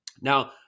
Now